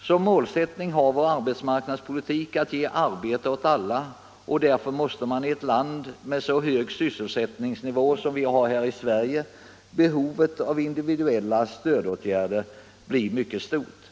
Som målsättning har denna politik att ge arbete åt alla. Därför måste i ett land med så hög sysselsättningsnivå som vi har i Sverige behovet av individuella stödåtgärder bli mycket stort.